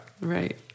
right